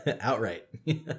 outright